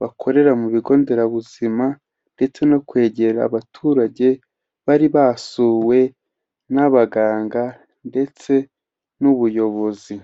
bakorera mu bigo nderabuzima ndetse no kwegera abaturage, bari basuwe n'abaganga ndetse n'ubuyobozi.